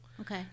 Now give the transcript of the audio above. Okay